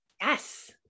Yes